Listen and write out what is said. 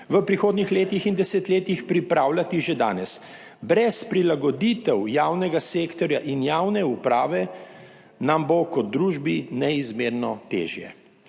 v prihodnjih letih in desetletjih, pripravljati že danes. Brez prilagoditev javnega sektorja in javne uprave nam bo kot družbi neizmerno težje.